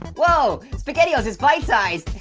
whoa, spaghettios is bite-sized.